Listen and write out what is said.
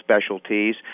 specialties